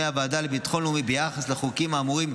הוועדה לביטחון לאומי ביחס לחוקים האמורים,